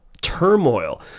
turmoil